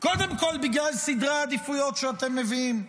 קודם כול בגלל סדרי העדיפויות שאתם מביאים.